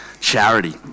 charity